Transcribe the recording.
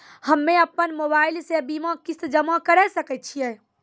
हम्मे अपन मोबाइल से बीमा किस्त जमा करें सकय छियै?